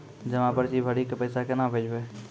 जमा पर्ची भरी के पैसा केना भेजबे?